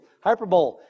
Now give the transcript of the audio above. hyperbole